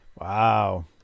Wow